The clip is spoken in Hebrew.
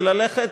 זה לשנות